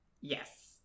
Yes